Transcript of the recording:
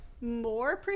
more